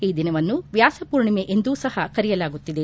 ಈ ದಿನವನ್ನು ವ್ಯಾಸಪೂರ್ಣಿಮೆ ಎಂದು ಸಹ ಕರೆಯಲಾಗುತ್ತದೆ